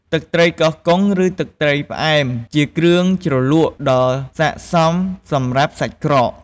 ទឹកត្រីកោះកុង ឬទឹកត្រីផ្អែមជាគ្រឿងជ្រលក់ដ៏ស័ក្តិសមសម្រាប់សាច់ក្រក។